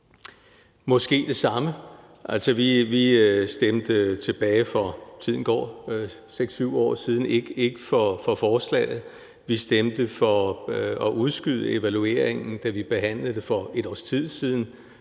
Måske det samme. Altså, vi stemte for 6-7 år siden – tiden går jo – ikke for forslaget. Vi stemte for at udskyde evalueringen, da vi behandlede det for et års tid siden,